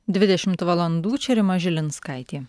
dvidešimt valandų čia rima žilinskaitė